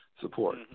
support